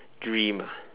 dream ah